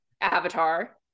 Avatar